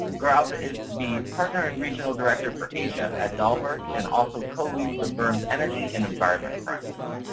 gaurav is the partner and regional director for asia at dalberg and also co-leads the firmis energy and environment practice.